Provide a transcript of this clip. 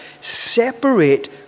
Separate